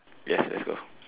yes let's go